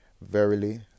Verily